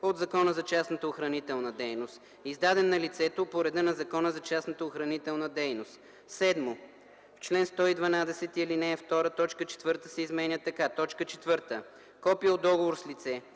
от Закона за частната охранителна дейност, издаден на лицето по реда на Закона за частната охранителна дейност;”. 7. В чл. 112, ал. 2 т. 4 се изменя така: “4. копие от договор с лице,